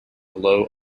low